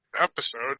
episode